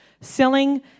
Selling